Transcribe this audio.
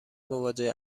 مواجه